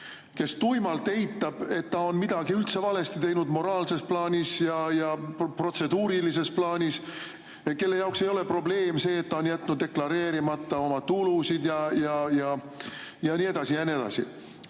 kes tuimalt eitab, et ta on üldse midagi valesti teinud moraalses plaanis ja protseduurilises plaanis, kelle jaoks ei ole probleem see, et ta on jätnud deklareerimata oma tulusid ja nii edasi ja nii edasi.